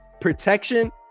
protection